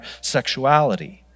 sexuality